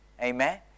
Amen